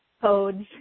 codes